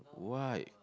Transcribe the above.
white